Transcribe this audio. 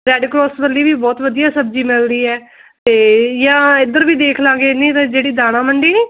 red cross ਵਾਲੀ ਵੀ ਬਹੁਤ ਵਧੀਆ ਸਬਜ਼ੀ ਮਿਲਦੀ ਹੈ ਅਤੇ ਜਾਂ ਇੱਧਰ ਵੀ ਦੇਖ ਲਵਾਂਗੇ ਨਹੀਂ ਤਾਂ ਜਿਹੜੀ ਦਾਣਾ ਮੰਡੀ ਨਹੀਂ